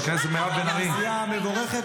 כן, מאוד קשה, מירב, להתעמת עם נתונים